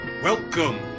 Welcome